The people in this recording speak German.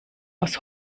aus